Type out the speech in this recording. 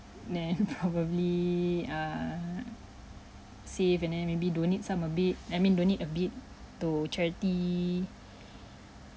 then probably err save and then maybe donate some a bit I mean donate a bit to charity